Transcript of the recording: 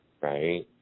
right